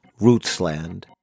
Rootsland